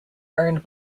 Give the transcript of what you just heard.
earned